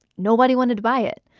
nobody wanted to buy it.